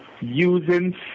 using